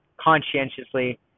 conscientiously